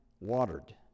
watered